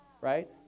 right